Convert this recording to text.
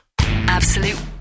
Absolute